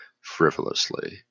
frivolously